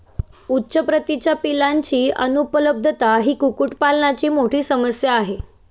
उच्च प्रतीच्या पिलांची अनुपलब्धता ही कुक्कुटपालनाची मोठी समस्या आहे